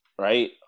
right